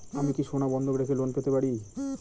আমি কি সোনা বন্ধক রেখে লোন পেতে পারি?